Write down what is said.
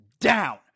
down